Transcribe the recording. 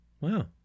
Wow